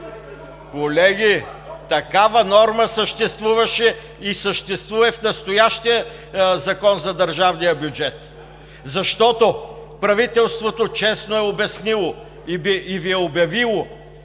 Колеги, такава норма съществуваше и съществува и в настоящия Закон за държавния бюджет. Защото правителството честно е обяснило и Ви е обявило,